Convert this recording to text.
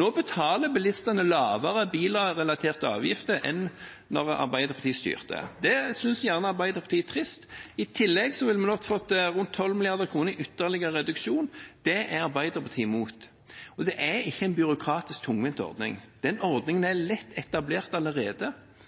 Nå betaler bilistene lavere bilrelaterte avgifter enn da Arbeiderpartiet styrte. Det synes gjerne Arbeiderpartiet er trist. I tillegg ville vi fått rundt 12 mrd. kr i ytterligere reduksjon. Det er Arbeiderpartiet imot. Det er ikke en byråkratisk og tungvint ordning. Denne ordningen